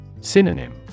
Synonym